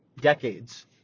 decades